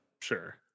sure